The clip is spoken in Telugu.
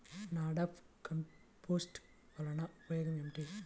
నాడాప్ కంపోస్ట్ వలన ఉపయోగం ఏమిటి?